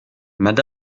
mme